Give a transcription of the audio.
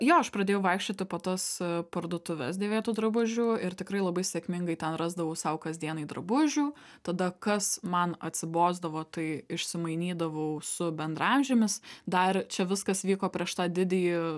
jo aš pradėjau vaikščioti po tas parduotuves dėvėtų drabužių ir tikrai labai sėkmingai ten rasdavau sau kasdienai drabužių tada kas man atsibosdavo tai išsimainydavau su bendraamžėmis dar čia viskas vyko prieš tą didįjį